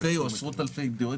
אלפי או עשרות אלפי דירות.